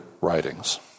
writings